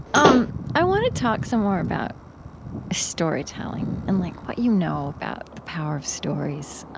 um i want to talk some more about storytelling, and like what you know about the power of stories.